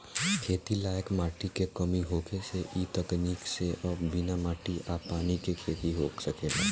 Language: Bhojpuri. खेती लायक माटी के कमी होखे से इ तकनीक से अब बिना माटी आ पानी के खेती हो सकेला